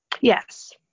Yes